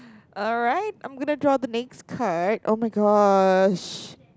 alright I'm gonna draw the next card oh-my-gosh